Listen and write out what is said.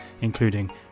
including